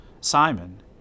Simon